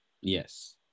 Yes